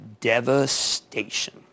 devastation